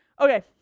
okay